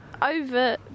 over